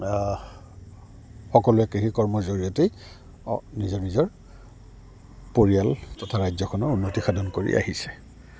সকলোৱে কৃষি কৰ্মৰ জৰিয়তেই নিজৰ নিজৰ পৰিয়াল তথা ৰাজ্যখনৰ উন্নতি সাধন কৰি আহিছে